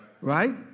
Right